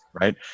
right